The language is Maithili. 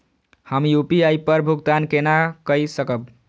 हम यू.पी.आई पर भुगतान केना कई सकब?